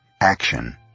Action